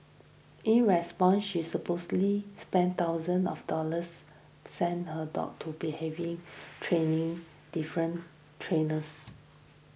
in response she supposedly spent thousands of dollars send her dog to be having training different trainers